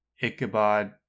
Ichabod